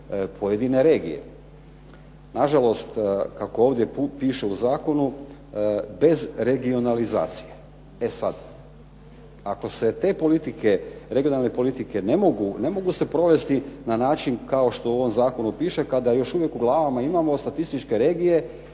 pojedine regije. Na žalost kako ovdje piše u zakonu bez regionalizacije. E sad, ako se te politike regionalne politike ne mogu, ne mogu se provesti na način kao što u ovom zakonu piše, kada je još uvijek u glavama imamo statističke regije